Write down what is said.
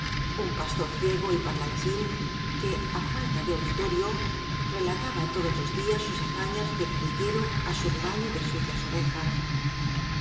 un pastor ciego y par lanchín que á falta de auditorio relataba todos los días sus hazañas de o uerrillero o á su rebaño de sucias ovejas